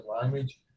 language